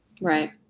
Right